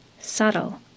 subtle